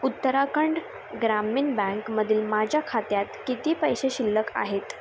उत्तराखंड ग्रामीण बँकमधील माझ्या खात्यात किती पैसे शिल्लक आहेत